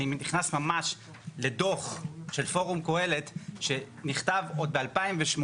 אני נכנס לדוח של פורום קהלת שנכתב עוד ב-2018,